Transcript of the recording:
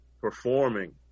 performing